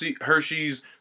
Hershey's